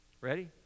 Ready